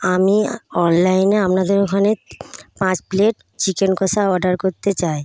আমি অনলাইনে আপনাদের ওখানে পাঁচ প্লেট চিকেন কষা অর্ডার করতে চাই